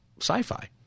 sci-fi